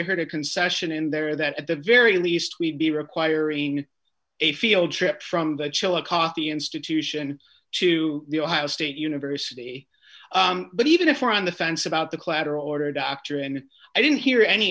heard a concession in there that at the very least we'd be requiring a field trip from the chillicothe the institution to the ohio state university but even if you're on the fence about the collateral order doctor and i didn't hear any